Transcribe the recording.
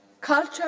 Culture